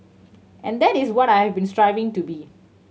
and that is what I have been striving to be